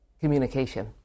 communication